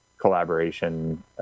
collaboration